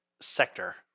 sector